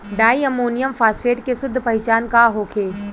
डाई ammonium phosphate के शुद्ध पहचान का होखे?